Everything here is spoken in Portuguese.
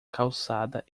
calçada